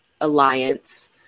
alliance